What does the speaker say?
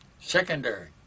Secondary